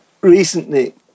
recently